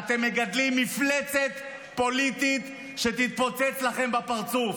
אתם מגדלים מפלצת פוליטית שתתפוצץ לכם בפרצוף.